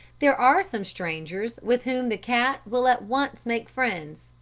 there are some strangers with whom the cat will at once make friends,